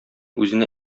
үзенә